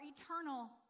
eternal